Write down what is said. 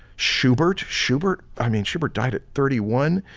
schubert schubert i mean, schubert died at thirty one,